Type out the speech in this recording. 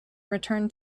return